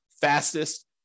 fastest